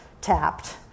tapped